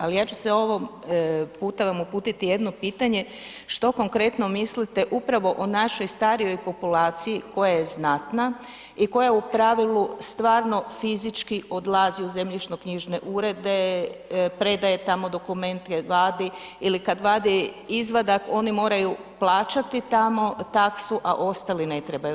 Ali ja ću se ovog, puta vam uputiti jedno pitanje što konkretno mislite upravo o našoj starijoj populaciji koja je znatna i koja je u pravilu stvarno fizički odlazi u zemljišno knjižne urede, predaje tamo dokumente, vadi ili kada vadi izvadak oni moraju plaćati tamo taksu a ostali ne trebaju.